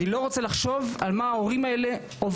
אני לא רוצה לחשוב על מה ההורים עוברים,